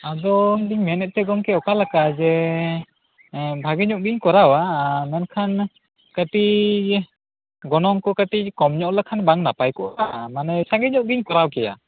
ᱟᱫᱚ ᱤᱧᱫᱩᱧ ᱢᱮᱱᱮᱫ ᱛᱮ ᱜᱚᱢᱠᱮ ᱚᱠᱟᱞᱮᱠᱟ ᱡᱮ ᱵᱷᱟᱜᱮ ᱧᱚᱜ ᱵᱤᱱ ᱠᱚᱨᱟᱣᱟ ᱢᱮᱱᱠᱷᱟᱱ ᱠᱟ ᱴᱤᱡ ᱜᱚᱱᱚᱝ ᱠᱚ ᱠᱟ ᱴᱤᱡ ᱠᱚᱢ ᱧᱚᱜ ᱞᱮᱠᱷᱟᱱ ᱵᱟᱝ ᱱᱟᱯᱟᱭ ᱠᱚᱜᱼᱟ ᱢᱟᱱᱮ ᱥᱚᱝᱜᱮ ᱧᱚᱜ ᱵᱤᱱ ᱠᱚᱨᱟᱣ ᱠᱮᱭᱟ